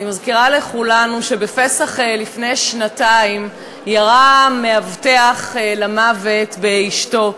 אני מזכירה לכולנו שבפסח לפני שנתיים ירה מאבטח למוות באשתו.